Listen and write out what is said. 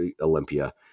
Olympia